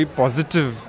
positive